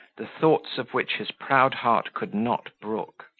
the thoughts of which his proud heart could not brook.